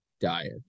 diet